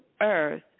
earth